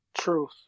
Truth